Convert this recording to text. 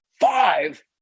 five